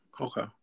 Okay